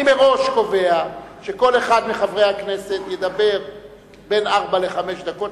אני מראש קובע שכל אחד מחברי הכנסת ידבר בין ארבע לחמש דקות,